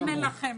הנה לכם,